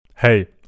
Hey